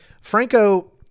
Franco